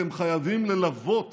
אתם חייבים ללוות